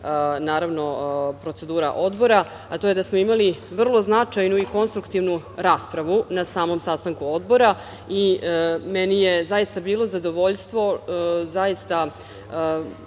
i procedura Odbora, a to je da smo imali vrlo značajnu i konstruktivnu raspravu na samom sastanku Odbora i meni je zaista bilo zadovoljstvo.